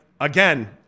again